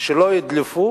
שלא ידלפו